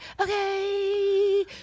okay